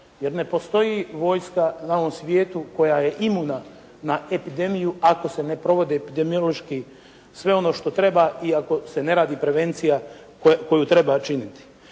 Jer ne postoji vojska na ovom svijetu koja je imuna na epidemiju ako se ne provode epidemiološki sve ono što treba i ako se ne radi prevencija koju treba činiti.